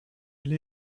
elle